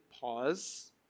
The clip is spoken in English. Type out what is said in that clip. pause